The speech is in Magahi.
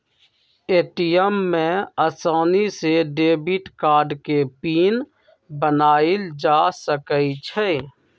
ए.टी.एम में आसानी से डेबिट कार्ड के पिन बनायल जा सकई छई